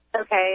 Okay